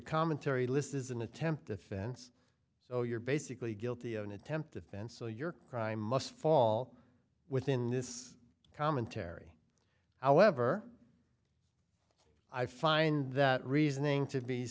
commentary list is an attempt offense so you're basically guilty of an attempt offense so your crime must fall within this commentary however i find that reasoning to be